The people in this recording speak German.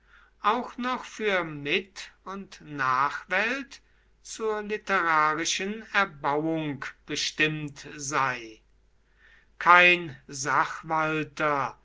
auch noch für mit und nachwelt zur literarischen erbauung bestimmt sei kein sachwalter